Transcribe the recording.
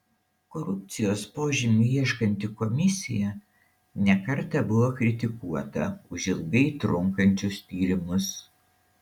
korupcijos požymių ieškanti komisija ne kartą buvo kritikuota už ilgai trunkančius tyrimus